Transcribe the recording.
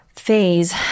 phase